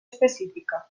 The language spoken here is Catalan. específica